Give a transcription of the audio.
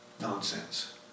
nonsense